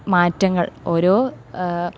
മാറ്റങ്ങൾ ഓരോ